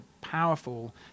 powerful